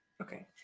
Okay